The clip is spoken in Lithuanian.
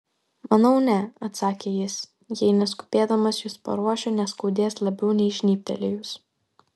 manau ne atsakė jis jei neskubėdamas jus paruošiu neskaudės labiau nei žnybtelėjus